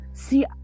See